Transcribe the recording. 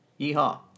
Yeehaw